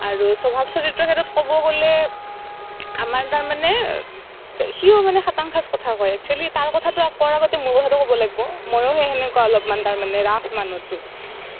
আৰু স্বভাৱ চৰিত্ৰৰ ক্ষেত্ৰত ক'ব গ'লে আমাৰ তাৰমানে সিও মানে খাৰাং খাচ কথা কয় একচুৱেলী তাৰ কথাটো কোৱাৰ আগতে মোৰ কথাটো ক'ব লাগিব ময়ো সেই সেনেকুৱা অলপমান তাৰমানে ৰাফ মানুহটো